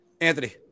Anthony